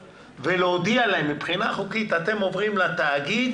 ולהודיע להם שמבחינה חוקית הם עוברים לתאגיד